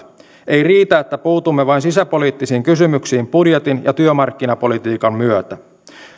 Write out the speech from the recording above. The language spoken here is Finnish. ei riitä että puutumme vain sisäpoliittisiin kysymyksiin budjetin ja työmarkkinapolitiikan myötä